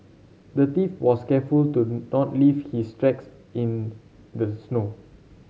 the thief was careful to not leave his tracks in the snow